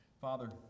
Father